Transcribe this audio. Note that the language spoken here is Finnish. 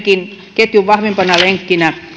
ketjun vahvimpana lenkkinä